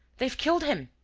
they've killed him!